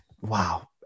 wow